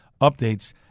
Updates